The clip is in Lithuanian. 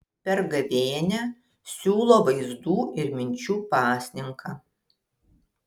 per gavėnią siūlo vaizdų ir minčių pasninką